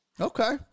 Okay